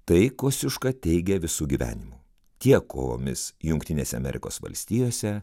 tai kosciuška teigia visu gyvenimu tiek kovomis jungtinėse amerikos valstijose